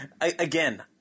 Again